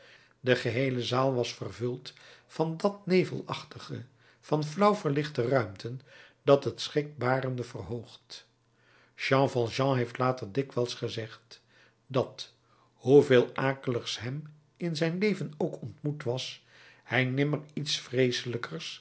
de geheele zaal was vervuld van dat nevelachtige van flauw verlichte ruimten dat het schrikbarende verhoogt jean valjean heeft later dikwijls gezegd dat hoeveel akeligs hem in zijn leven ook ontmoet was hij nimmer iets vreeselijker